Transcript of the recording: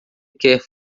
quer